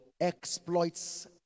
exploits